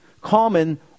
common